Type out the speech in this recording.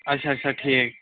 اَچھا اَچھا ٹھیٖک